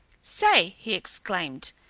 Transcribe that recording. say, he exclaimed,